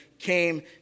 came